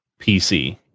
PC